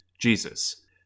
Jesus